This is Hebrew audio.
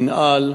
המינהל,